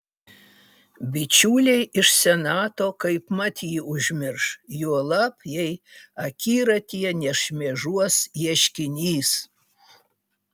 bičiuliai iš senato kaipmat jį užmirš juolab jei akiratyje nešmėžuos ieškinys